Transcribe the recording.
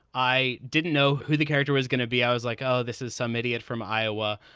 i didn't know who the character was going to be. i was like, oh, this is some idiot from iowa.